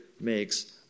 makes